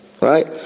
Right